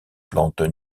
plantes